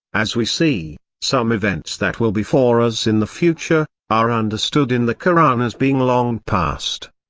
as we see, some events that will be for us in the future, are understood in the koran as being long passed.